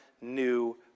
new